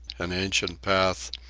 an ancient path,